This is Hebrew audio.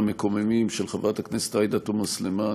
והמקוממים של חברת הכנסת עאידה תומא סלימאן,